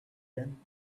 done